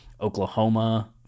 Oklahoma